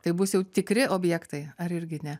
tai bus jau tikri objektai ar irgi ne